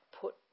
put